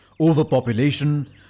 overpopulation